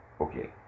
Okay